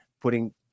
putting